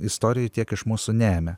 istorijoj tiek iš mūsų neėmė